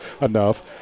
enough